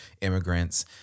immigrants